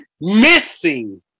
missing